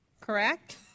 correct